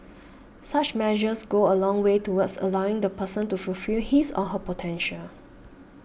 such measures go a long way towards allowing the person to fulfil his or her potential